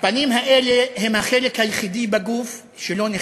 הפנים האלה הם החלק היחיד בגוף שלא נכווה,